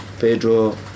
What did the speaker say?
Pedro